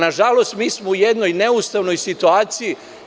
Nažalost, mi smo u jednoj neustavnoj situaciji.